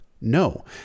No